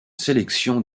sélection